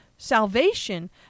Salvation